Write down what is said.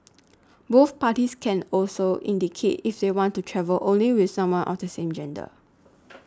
both parties can also indicate if they want to travel only with someone of the same gender